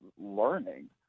learning